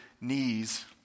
knees